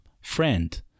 friend